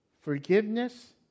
forgiveness